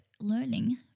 learning